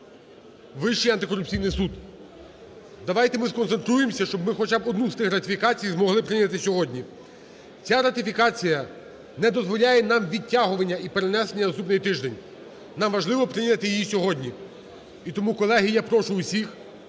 Вищий антикорупційний суд. Давайте ми сконцентруємося, щоб ми хоча б одну з тих ратифікацій змогли прийняти сьогодні. Ця ратифікація не дозволяє нам відтягування і перенесення на наступний тиждень. Нам важливо прийняти її сьогодні, і тому, колеги, я прошу усіх